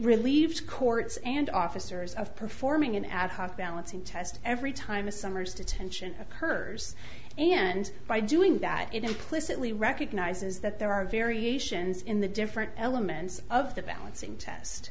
relieves courts and officers of performing an ad hoc balancing test every time a summer's detention occurs and by doing that it implicitly recognizes that there are variations in the different elements of the balancing test